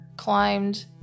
climbed